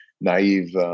naive